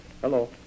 Hello